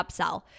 upsell